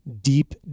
Deep